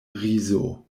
rizo